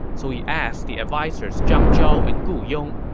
so he asked the advisers zhang zhao and gu yong.